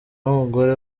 n’umugore